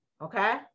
Okay